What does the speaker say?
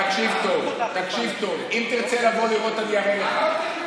תקשיב טוב: אם תרצה לבוא לראות, אני אראה לך.